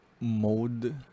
mode